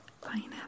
pineapple